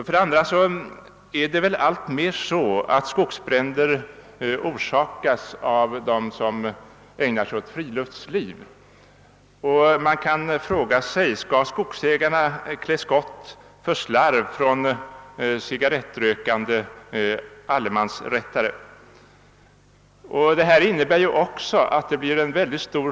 Vidare blir det mer och mer så att skogsbränder orsakas av människor som ägnar sig åt friluftsliv, och man kan ifrågasätta om skogsägarna skall behöva klä skott när det gäller slarv av cigarrettrökare, som vistas i markerna med utnyttjande av allemansrätten.